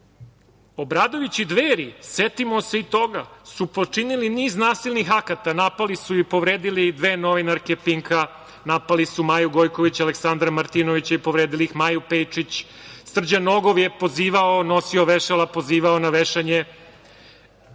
Obradović. Obradović i Dveri, setimo se i toga, su počinili niz nasilnih akata. Napali su i povredili dve novinarke Pinka, napali su Maju Gojković, Aleksandra Martinovića i povredili ih, Maju Pejičić. Srđan Nogo je pozivao, nosio vešala, pozivao na vešanje